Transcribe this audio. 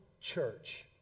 church